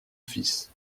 fils